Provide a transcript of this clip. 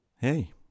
Hey